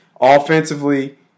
offensively